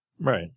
Right